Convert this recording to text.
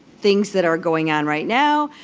things that are going on right now,